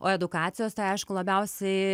o edukacijos tai aišku labiausiai